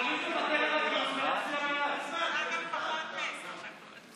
אפשר גם פחות מעשר דקות.